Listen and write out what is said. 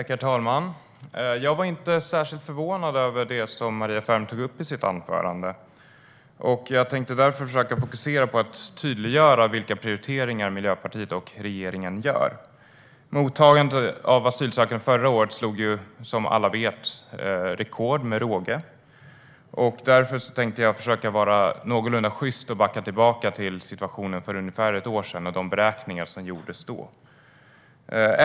Herr talman! Jag blev inte särskilt förvånad över det som Maria Ferm tog upp i sitt anförande. Jag tänkte därför försöka fokusera på att tydliggöra vilka prioriteringar Miljöpartiet och regeringen gör. Mottagandet av asylsökande slog förra året rekord med råge, som alla vet. Därför tänkte jag försöka vara någorlunda sjyst och backa tillbaka till situationen för ungefär ett år sedan och de beräkningar som gjordes då.